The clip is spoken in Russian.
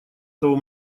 того